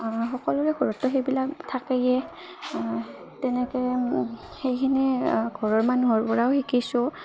সকলোৰে ঘৰততো সেইবিলাক থাকেই তেনেকৈ সেইখিনি ঘৰৰ মানুহৰ পৰাও শিকিছোঁ